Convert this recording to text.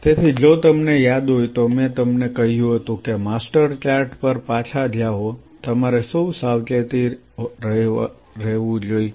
તેથી જો તમને યાદ હોય તો મેં તમને કહ્યું હતું કે માસ્ટર ચાર્ટ પર પાછા જાઓ તમારે શું સાવચેત રહેવું જોઈએ